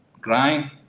crying